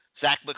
Zach